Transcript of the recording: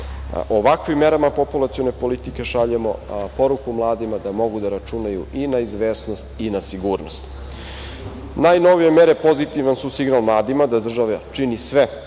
Ovakvim merama populacione politike šaljemo poruku mladima da mogu da računaju i na izvesnost i na sigurnost. Najnovije mere pozitivan su signal mladima, da država čini sve